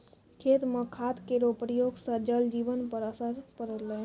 खेत म खाद केरो प्रयोग सँ जल जीवन पर असर पड़लै